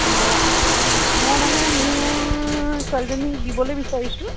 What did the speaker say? অঁ মই মানে মোৰ ছোৱালীজনীক দিবলৈ বিচাৰিছোঁ